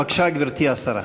בבקשה, גברתי השרה.